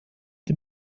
dem